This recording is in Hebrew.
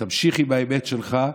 תמשיך עם האמת שלך,